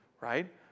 right